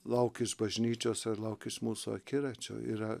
lauk iš bažnyčios ir lauk iš mūsų akiračio yra